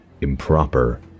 improper